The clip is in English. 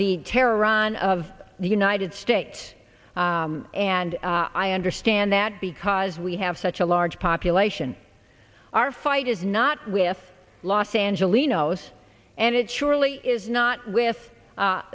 the terror run of the united states and i understand that because we have such a large population our fight is not with los angelenos and it surely is not with